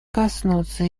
коснуться